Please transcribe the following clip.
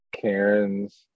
Karens